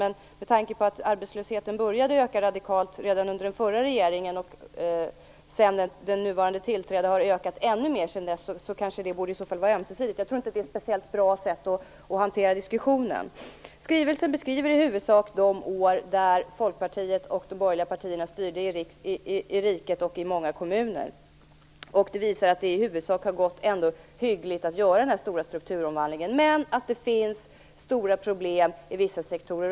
Men med tanke på att arbetslösheten började öka radikalt redan under den regering som satt före vår, och sedan dessutom har ökat ännu mer sedan den nuvarande regeringen tillträdde, borde det i så fall vara ömsesidigt. Jag tror inte att det är något särskilt bra sätt att hantera diskussionen på. Skrivelsen beskriver i huvudsak de år då Folkpartiet och de andra borgerliga partierna styrde i riket och i många kommuner. Den visar att det i huvudsak har gått hyggligt att göra den stora strukturomvandlingen, men att det finns stora problem inom vissa sektorer.